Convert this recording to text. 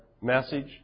message